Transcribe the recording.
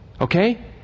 Okay